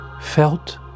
felt